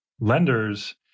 lenders